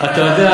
אתה יודע,